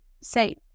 say